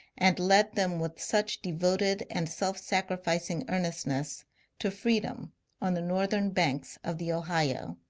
and led them with such devoted and self-sacrificing earnestness to freedom on the northern banks of the ohio.